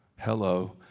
hello